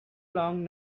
long